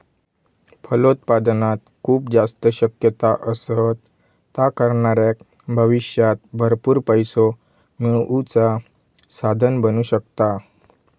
फलोत्पादनात खूप जास्त शक्यता असत, ता करणाऱ्याक भविष्यात भरपूर पैसो मिळवुचा साधन बनू शकता